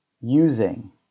using